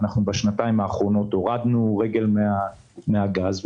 בשנתיים האחרונות הורדנו רגל מן הגז.